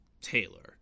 Taylor